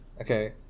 Okay